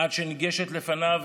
עד שניגשה לפניו